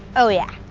oh yeah.